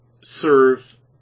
serve